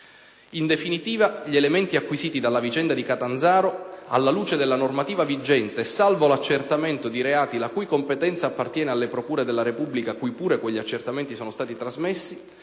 In definitiva, gli elementi acquisiti dalla vicenda di Catanzaro, alla luce della normativa vigente e salvo l'accertamento di reati la cui competenza appartiene alle procure della Repubblica cui pure quegli accertamenti sono stati trasmessi,